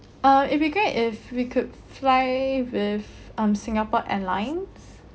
uh it'll be great if we could fly with um singapore airlines